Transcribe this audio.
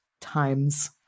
times